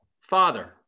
father